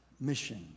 mission